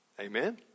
Amen